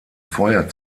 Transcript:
feuer